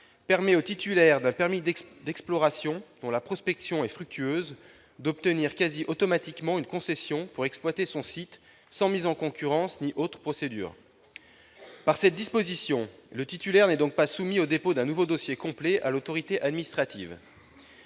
permet au titulaire d'un permis d'exploration, dont la prospection est fructueuse, d'obtenir quasi automatiquement une concession pour exploiter son site, sans mise en concurrence ni autre procédure. Par cette disposition, le titulaire n'est donc pas soumis au dépôt d'un nouveau dossier complet auprès de l'autorité administrative.